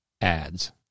ads